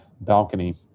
balcony